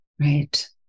Right